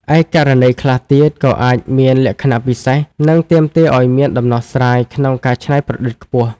ឯ ករណីខ្លះទៀតក៏អាចមានលក្ខណៈពិសេស និងទាមទារអោយមានដំណោះស្រាយក្នុងការច្នៃប្រឌិតខ្ពស់។